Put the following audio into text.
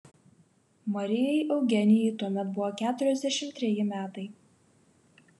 marijai eugenijai tuomet buvo keturiasdešimt treji metai